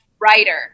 writer